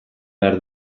behar